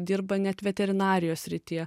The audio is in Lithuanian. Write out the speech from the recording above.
dirba net veterinarijos srityje